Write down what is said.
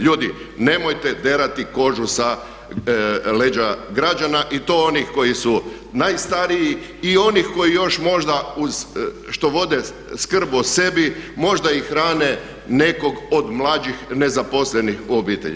Ljudi, nemojte derati kožu sa leđa građana i to onih koji su najstariji i onih koji još možda što vode skrb o sebi možda i hrane nekog od mlađih nezaposlenih u obitelji.